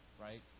right